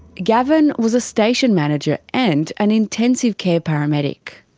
gavin was a station manager and an intensive care paramedic.